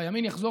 והימין יחזור,